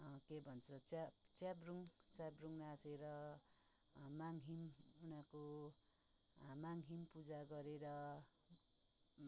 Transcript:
के भन्छ च्या च्याब्रुङ च्याब्रुङ नाचेर माङ्हिम उनीहरूको माङखिम पूजा गरेर